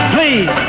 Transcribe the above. Please